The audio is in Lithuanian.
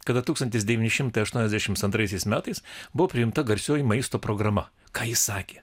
kada tūkstantis devyni šimtai aštuoniasdešimt antraisiais metais buvo priimta garsioji maisto programa ką ji sakė